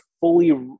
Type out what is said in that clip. fully